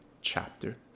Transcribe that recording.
chapter